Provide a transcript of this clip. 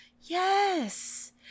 Yes